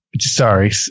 sorry